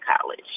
college